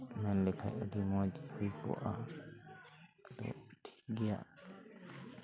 ᱢᱮᱱᱞᱮᱠᱷᱟᱱ ᱟᱹᱰᱤ ᱢᱚᱡᱽ ᱦᱩᱭ ᱠᱚᱜᱼᱟ ᱟᱫᱚ ᱴᱷᱤᱠ ᱜᱮᱭᱟ